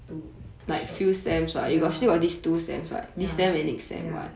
to push up ya ya ya